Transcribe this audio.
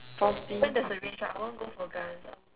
probably